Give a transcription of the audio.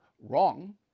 wrong